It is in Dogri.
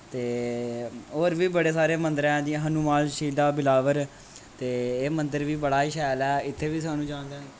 ते होर बी बड़े सारे मन्दर ऐ जियां हनुमान शिला बिलावर ते एह् मन्दर बी बड़ा ई शैल ऐ इत्थें बा सानूं जान दा